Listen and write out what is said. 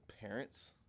parents